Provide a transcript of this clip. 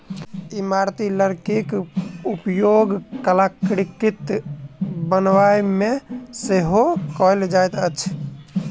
इमारती लकड़ीक उपयोग कलाकृति बनाबयमे सेहो कयल जाइत अछि